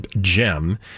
gem